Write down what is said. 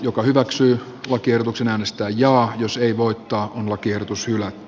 joka hyväksyy lakiehdotuksen äänestää jaa jos ei voittaa on lakiehdotus hylätty